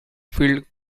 field